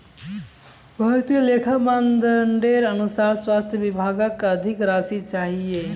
भारतीय लेखा मानदंडेर अनुसार स्वास्थ विभागक अधिक राशि चाहिए